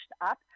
up